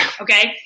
Okay